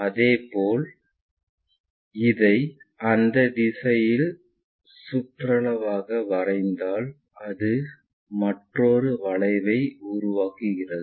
அதேபோல் இதை அந்த திசையில் சுற்றளவாக வரைந்தால் அது மற்றொரு வளைவை உருவாக்குகிறது